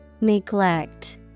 Neglect